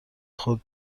خود